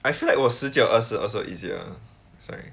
I feel like 我十九二十 also easier sorry